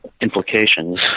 implications